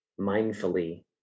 mindfully